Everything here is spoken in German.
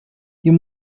hier